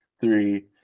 three